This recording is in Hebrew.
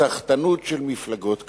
סחטנות של מפלגות קטנות.